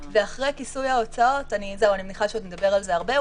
אני מניחה שעוד נדבר על זה הרבה.